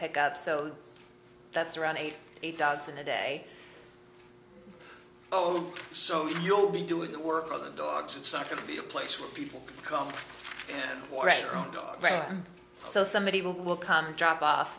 pick up so that's around eighty eight thousand a day oh so you'll be doing the work for the dogs it's not going to be a place where people can come and walk around dog so somebody will come drop off